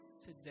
today